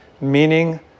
meaning